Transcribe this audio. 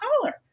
color